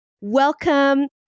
Welcome